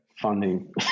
funding